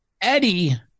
Eddie